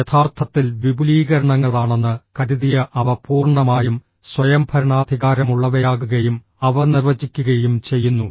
യഥാർത്ഥത്തിൽ വിപുലീകരണങ്ങളാണെന്ന് കരുതിയ അവ പൂർണ്ണമായും സ്വയംഭരണാധികാരമുള്ളവയാകുകയും അവ നിർവചിക്കുകയും ചെയ്യുന്നു